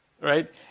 right